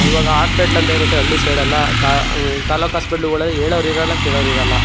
ಇವಾಗ ಆಸ್ಪೆಟ್ಲ್ ಅಂತ ಇರುತ್ತೆ ಹಳ್ಳಿ ಸೈಡೆಲ್ಲ ತಾಲೂಕ್ ಆಸ್ಪೆಟ್ಲ್ಗಳಲ್ ಹೇಳೋವ್ರಿರಲ್ಲ ಕೇಳೋವ್ರಿರಲ್ಲ